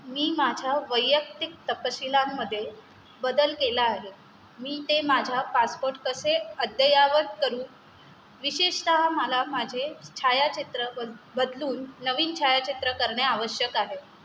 मी माझ्या वैयक्तिक तपशिलांमध्ये बदल केला आहे मी ते माझ्या पासपोर्ट कसे अद्ययावत करू विशेषतः मला माझे छायाचित्र बद बदलून नवीन छायाचित्र करणे आवश्यक आहे